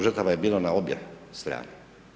Žrtava je bilo na obje strane.